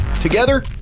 together